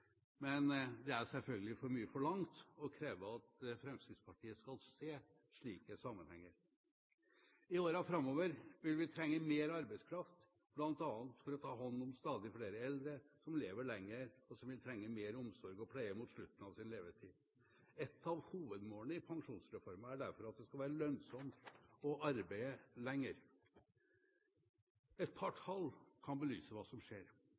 Men det er selvfølgelig for mye forlangt å kreve at Fremskrittspartiet skal se slike sammenhenger. I årene framover vil vi trenge mer arbeidskraft, bl.a. for å ta hånd om stadig flere eldre, som lever lenger, og som vil trenge mer omsorg og pleie mot slutten av sin levetid. Et av hovedmålene i Pensjonsreformen er derfor at det skal være lønnsomt å arbeide lenger. Et par tall kan belyse hva som skjer.